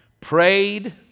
prayed